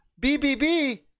BBB